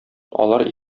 алар